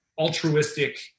altruistic